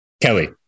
Kelly